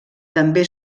també